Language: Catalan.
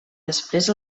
després